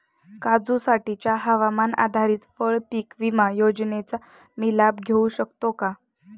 काजूसाठीच्या हवामान आधारित फळपीक विमा योजनेचा मी लाभ घेऊ शकतो का?